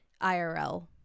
IRL